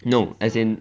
no as in